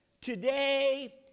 today